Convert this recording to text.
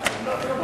כי לא ברור,